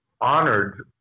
honored